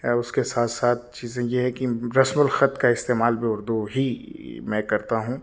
اس کے ساتھ ساتھ چیزیں یہ ہے کہ رسم الخط کا استعمال بھی اردو ہی میں کرتا ہوں